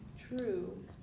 True